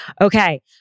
Okay